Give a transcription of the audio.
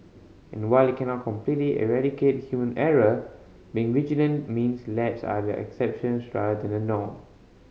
and while it cannot completely eradicate human error being vigilant means lapses are the exceptions rather than the norm